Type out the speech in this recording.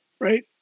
right